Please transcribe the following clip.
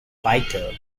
fighter